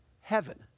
heaven